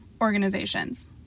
organizations